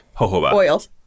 oils